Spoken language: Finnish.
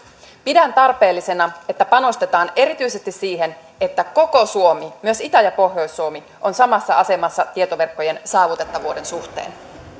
pidän tarpeellisena että panostetaan erityisesti siihen että koko suomi myös itä ja pohjois suomi on samassa asemassa tietoverkkojen saavutettavuuden suhteen